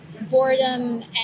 boredom